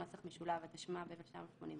התשמ"ב-1982 ,